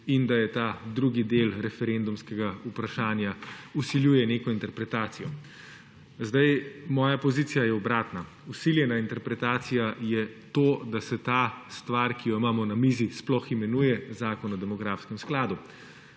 in da je ta drugi del referendumskega vprašanja, vsiljuje neko interpretacijo. Moja pozicija je obratna. Vsiljena interpretacija je to, da se ta stvar, ki jo imamo na mizi, sploh imenuje Zakon o demografskem skladu.